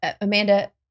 Amanda